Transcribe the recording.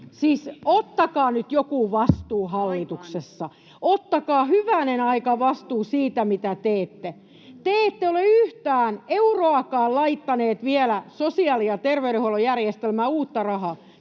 Siis ottakaa nyt joku vastuu hallituksessa, [Eduskunnasta: Aivan!] ottakaa hyvänen aika vastuu siitä, että te ette ole yhtään euroakaan laittaneet vielä sosiaali- ja terveydenhuollon järjestelmään uutta rahaa.